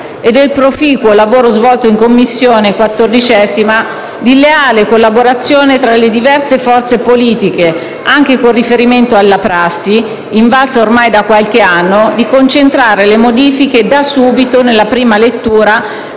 e del proficuo lavoro svolto in 14a Commissione di leale collaborazione tra le diverse forze politiche, anche con riferimento alla prassi, invalsa ormai da qualche anno, di concentrare le modifiche da subito nella prima lettura